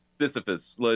Sisyphus